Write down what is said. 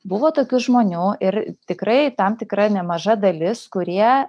buvo tokių žmonių ir tikrai tam tikra nemaža dalis kurie